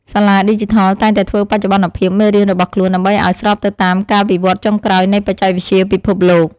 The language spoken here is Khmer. សាលាឌីជីថលតែងតែធ្វើបច្ចុប្បន្នភាពមេរៀនរបស់ខ្លួនដើម្បីឱ្យស្របទៅតាមការវិវត្តន៍ចុងក្រោយនៃបច្ចេកវិទ្យាពិភពលោក។